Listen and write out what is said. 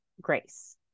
grace